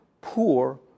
poor